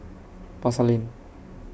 Pasar Lane